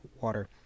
water